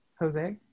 Jose